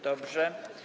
Dobrze.